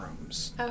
rooms